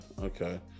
okay